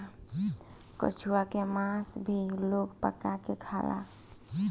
कछुआ के मास भी लोग पका के खाला